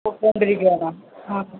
കൊടുത്ത് കൊണ്ടിരിക്കുകയാണോ ആ